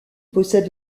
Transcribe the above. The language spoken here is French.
possède